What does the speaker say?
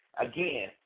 Again